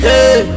Hey